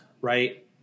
right